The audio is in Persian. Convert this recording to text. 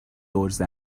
عرضه